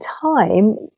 time